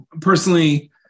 personally